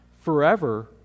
forever